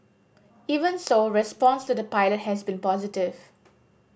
even so response to the pilot has been positive